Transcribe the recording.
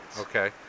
Okay